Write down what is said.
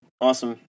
Awesome